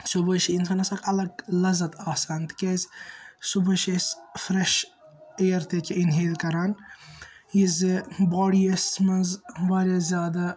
صُبحٲے چھِ اِنسان آسان اَلَگ لَزَت آسان تِکیازِ صُبحٲے چھِ أسۍ فرٮیش اِیَر تہِ اِنہیل کَران یہِ زِ باڈی اَسہِ منٛز وارِیاہ زیادٕ